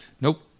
Nope